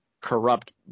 corrupt